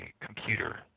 computer